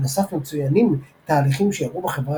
בנוסף מצוינים תהליכים שאירעו בחברה